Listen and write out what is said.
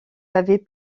avait